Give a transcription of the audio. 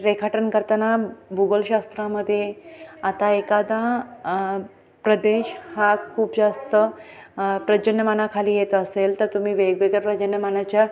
रेखाटन करताना भूगोलशास्त्रामध्ये आता एखादा प्रदेश हा खूप जास्त पर्जन्यमानाखाली येत असेल तर तुम्ही वेगवेगळ्या पर्जन्यमानाच्या